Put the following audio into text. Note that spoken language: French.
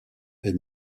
est